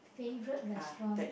favourite restaurant